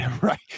Right